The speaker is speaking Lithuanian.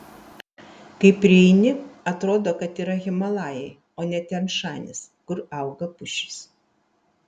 kai prieini atrodo kad yra himalajai o ne tian šanis kur auga pušys